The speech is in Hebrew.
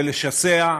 בלשסע,